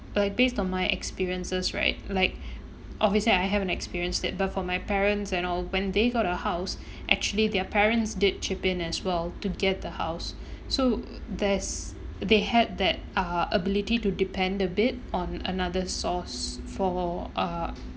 but based on my experiences right like obviously I haven't experienced it but for my parents and all when they got a house actually their parents did chip in as well to get the house so there's they had that uh ability to depend a bit on another source for uh